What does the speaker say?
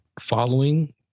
following